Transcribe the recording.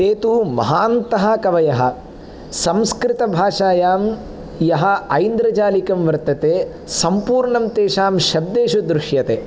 ते तु महान्तः कवयः संस्कृतभाषायां यः ऐन्द्रजालिकं वर्तते सम्पूर्णं तेषां शब्देषु दृश्यते